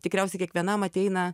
tikriausiai kiekvienam ateina